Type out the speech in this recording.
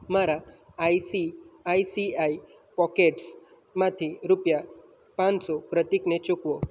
મારા આઈસીઆઈઆઈ પોકેટ્સમાંથી રૂપિયા પાંચસો પ્રતીકને ચૂકવો